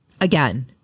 again